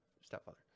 stepfather